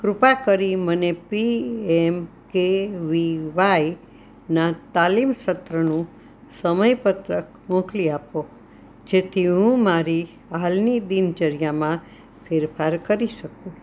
કૃપા કરી મને P M K V વાયના તાલીમ સત્રનું સમય પત્રક મોકલી આપો જેથી હું મારી હાલની દિનચર્યામાં ફેરફાર કરી શકું